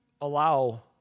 allow